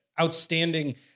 outstanding